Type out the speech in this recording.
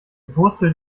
wurstelt